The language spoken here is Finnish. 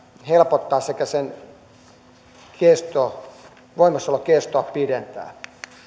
helpottaa sekä sen voimassaolon kestoa pidentää